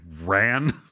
ran